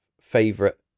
favorite